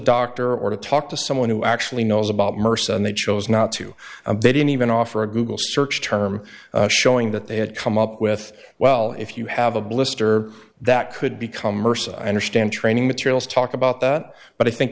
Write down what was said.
doctor or to talk to someone who actually knows about mercy and they chose not to they didn't even offer a google search term showing that they had come up with well if you have a blister that could become ursa i understand training materials talk about that but i think